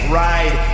ride